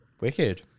Wicked